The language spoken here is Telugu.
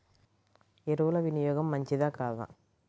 ఎరువుల వినియోగం మంచిదా కాదా?